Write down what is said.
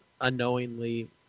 unknowingly